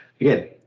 again